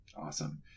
Awesome